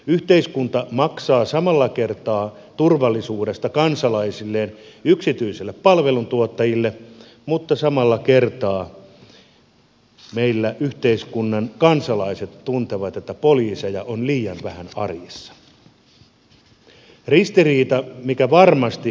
yhteiskunta maksaa samalla kertaa kansalaistensa turvallisuudesta yksityisille palveluntuottajille mutta samalla kertaa meillä yhteiskunnan kansalaiset tuntevat että poliiseja on liian vähän arjessa ristiriita mikä varmasti on